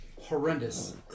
Horrendous